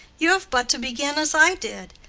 you have but to begin as i did.